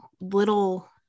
little